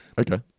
Okay